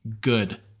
good